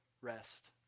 rest